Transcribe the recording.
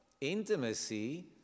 Intimacy